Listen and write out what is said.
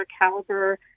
caliber